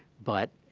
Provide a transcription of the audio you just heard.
but